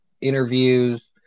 interviews